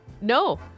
No